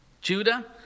Judah